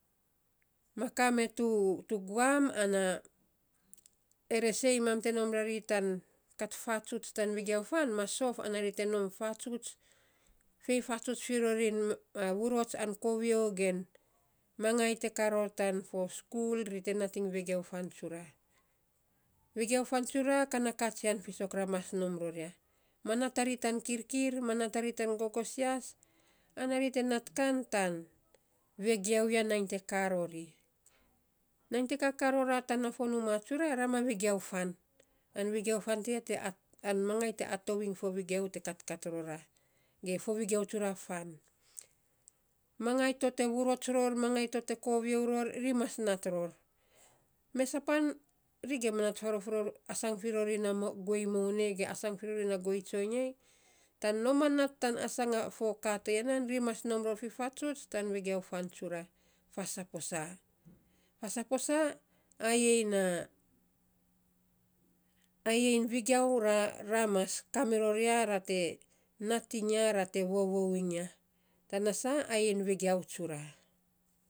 Ma kaa me tu tu guam ana ere sei mam te nom rari tan kat fatsuts tan vegiau fan ma sof ana ri te nom fatsuts, fei fatsuts fi rori vurots an kovio, gen mangai te kaa ror tan fo skul ri te nating vegiau fan tsura. vegiau fan tsura ka na katsian fiisok ra mas nom ror ya. Ma nat a ri tan kirkir, ma nat a ri tan gogosias, ana ri te nat kan tan vegiau ya, nainy te kaa rori. Nainy te kakaa ror ra tan fo nuuma tsura ra ma vegiau fan. An vegiau fan tiya an mangai te atou iiny fo vegiau te katkat rora, ge fo vegiau tsura fan. Mangai to te vurots ror mangai to te kovio ror ri mas nat ror. Mesa pan ri gima nat faarof ror asaan fi guei moun ei ge asan firo ri na guei tsoiny ei. Tan nom a nat tan asang a foka toya nan ri mas nom ror fifatsuts tan vegiau fan tsura, faa saposa. Faa saposa ayei na, ayein vegiau ra ra mas kamiror ya ra te nating ya, ra te varora iny ya, tana saa ayein vegiau tsura.